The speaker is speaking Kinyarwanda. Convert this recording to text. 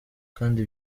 kandi